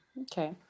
Okay